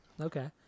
Okay